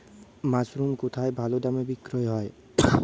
Mushroom কেথায় ভালোদামে বিক্রয় হয়?